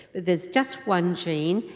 there's just one gene,